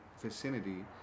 vicinity